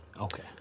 Okay